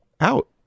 out